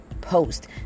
post